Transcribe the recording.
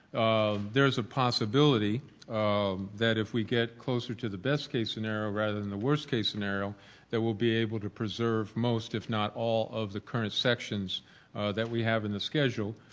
there's a possibility um that if we get closer to the best case scenario rather than the worst case scenario that we'll be able to preserve most if not all of the current sections that we have in the schedule